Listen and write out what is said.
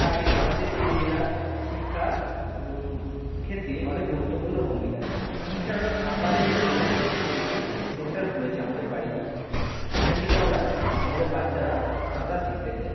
তাই আমাদের এই জেলা শিক্ষার ক্ষেত্রে অনেক গুরুত্বপূর্ণ ভূমিকা নেয় এছাড়াও সাঁতারের জন্য একটি নতুন সেন্টার খুলেছে আমাদের বাড়ির কাছাকাছি এখান থেকেও আমরা আমাদের বাচ্চারা সাঁতার শিখতে যায়